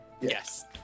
Yes